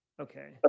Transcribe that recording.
Okay